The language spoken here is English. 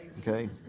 Okay